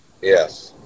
Yes